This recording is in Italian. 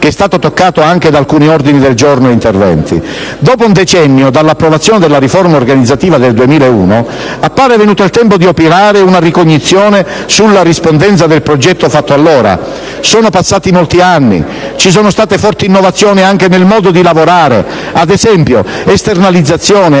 che è stato toccato anche in alcuni ordini del giorno e interventi. Dopo un decennio dall'approvazione della riforma organizzativa del 2001, appare venuto il tempo di operare una ricognizione sulla rispondenza del progetto fatto allora. Sono passati molti anni, ci sono state forti innovazioni anche nel modo di lavorare (ad esempio esternalizzazione